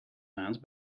maand